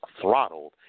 throttled